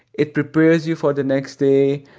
it prepares you for the next day.